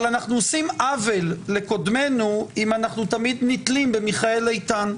אבל אנחנו עושים עוול לקודמינו אם אנחנו תמיד נתלים במיכאל איתן.